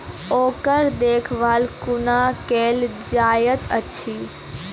ओकर देखभाल कुना केल जायत अछि?